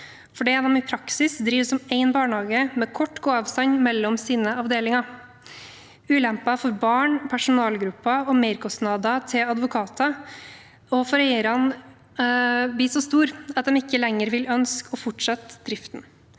virksomhet m.m.) praksis driver som én barnehage med kort gåavstand mellom avdelingene. Ulempene for barn og personalgruppe og merkostnadene til advokater for eierne blir så store at de ikke lenger vil ønske å fortsette driften.